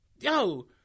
yo